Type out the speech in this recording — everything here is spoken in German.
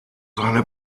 seine